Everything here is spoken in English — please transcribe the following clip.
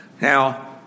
Now